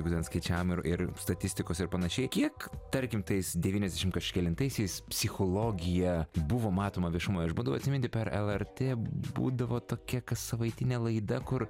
būtent skaičiavimų ir ir statistikos ir panašiai kiek tarkim tais devyniasdešim kažkelintaisiais psichologija buvo matoma viešumoje aš bandau atsiminti per lrt būdavo tokia kassavaitinė laida kur